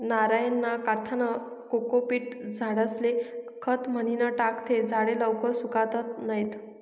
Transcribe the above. नारयना काथ्यानं कोकोपीट झाडेस्ले खत म्हनीन टाकं ते झाडे लवकर सुकातत नैत